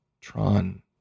Tron